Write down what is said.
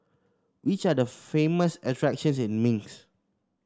which are the famous attractions in Minsk